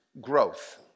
growth